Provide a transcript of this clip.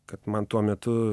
kad man tuo metu